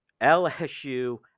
LSU